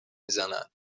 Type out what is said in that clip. میزنن